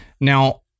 Now